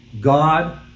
God